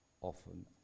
often